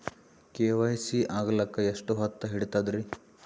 KYC ಆಗಲಕ್ಕ ಎಷ್ಟ ಹೊತ್ತ ಹಿಡತದ್ರಿ?